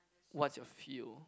what's your feel